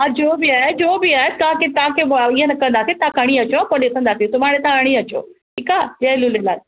हा जो बि आहे जो बि आहे तव्हांखे तव्हांखे ईंअ न कंदासि तां खणी अचो पो ॾिसंदासे सुभाणे तां खणी अचो ठीक आहे जय झूलेलाल